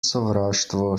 sovraštvo